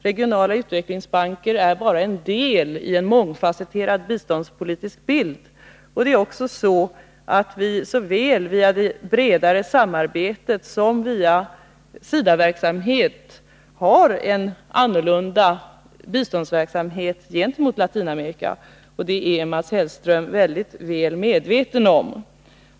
Regionala utvecklingsbanker är bara en del i en mångfasseterad biståndspolitisk bild, och det är också så att vi såväl via det bredare samarbetet som via SIDA-verksamhet har en annorlunda biståndsverksamhet gentemot Latinamerika, och det är Mats Hellström mycket väl medveten om.